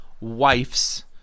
wife's